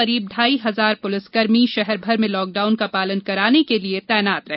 करीब ढाई हजार पुलिसकर्मी शहरभर में लॉकडाउन का पालन कराने के लिए तैनात रहे